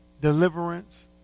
deliverance